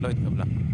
לא התקבלה.